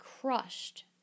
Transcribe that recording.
crushed